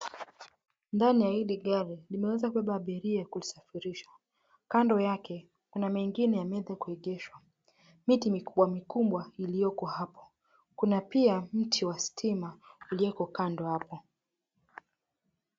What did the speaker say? Ndani ya hili gari, limeweza kubeba abiria kulisafirisha. Kando yake kuna mengine yaliyoweza kuegeshwa, miti mikubwa mikubwa iliyoko hapo, kuna pia mti wa stima ulioko kando hapo.